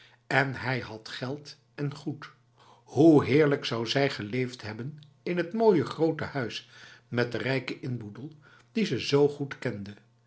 en hij had geld en goed hoe heerlijk zou zij geleefd hebben in het mooie grote huis met de rijke inboedel die ze zo goed kende